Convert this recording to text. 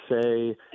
say